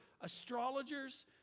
astrologers